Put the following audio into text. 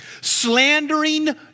Slandering